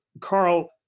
Carl